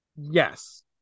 Yes